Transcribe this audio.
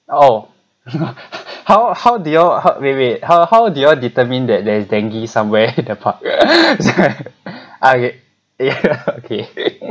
oh how how did you all wait wait how how do you determine that there is dengue somewhere in the park okay okay